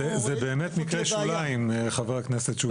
זה באמת מקרה שוליים, חבר הכנסת שוסטר.